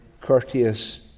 courteous